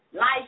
Life